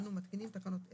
אנו מתקינים תקנות אלה: